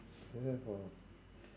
is that for